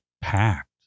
packed